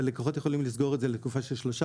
אבל לקוחות יכולים לסגור את זה לתקופה של שלושה